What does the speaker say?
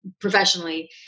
professionally